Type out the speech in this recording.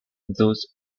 thus